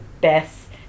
best